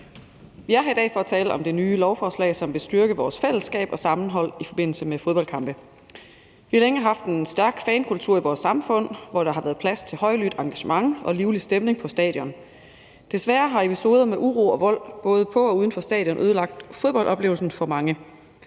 Vi er her i dag for at tale om det nye lovforslag, som vil styrke vores fællesskab og sammenhold i forbindelse med fodboldkampe. Vi har længe haft en stærk fankultur i vores samfund, hvor der har været plads til højlydt engagement og livlig stemning på stadion. Desværre har episoder med uro og vold både på og uden for stadion ødelagt fodboldoplevelsen for mange.